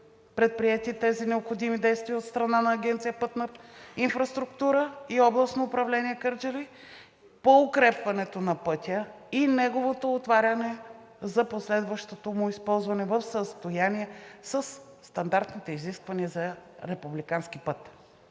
предприети тези необходими действия от страна на Агенция „Пътна инфраструктура“ и Областно управление – Кърджали, по укрепването на пътя и неговото отваряне за последващото му използване в състояние със стандартните изисквания за републикански път,